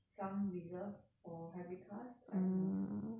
some reserved for hybrid cars I don't know